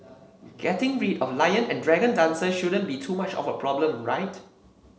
getting rid of lion and dragon dances shouldn't be too much of a problem right